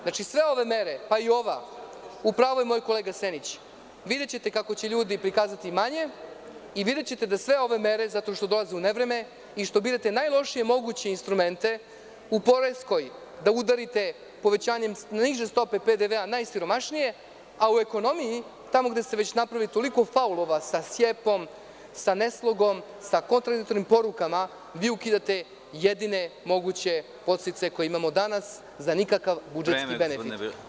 Znači, sve ove mere, pa i ova, upravu je moj kolega Senić, videćete kako će ljudi prikazati manje i videćete da sve ove mere zato što dolaze u nevreme i što birate najlošije moguće instrumente, u poreskoj da udarite povećanje niže stope PDV najsiromašnijem, a u ekonomiji, tamo gde ste napravili toliko faulova sa ne slogom, sa kontradiktornim porukama, vi ukidate jedine moguće podsticaje koje imamo danas za nikakav budžetski benefit.